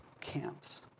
camps